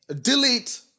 Delete